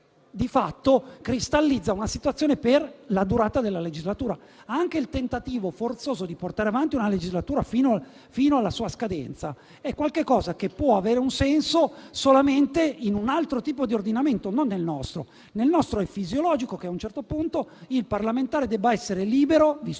di fatto cristallizza una situazione per la durata della legislatura. Anche il tentativo forzoso di portare avanti una legislatura fino alla sua scadenza può avere un senso solamente in un altro tipo di ordinamento, non nel nostro, nel quale è fisiologico che, a un certo punto, il parlamentare sia libero, visto